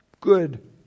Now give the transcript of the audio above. Good